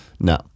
No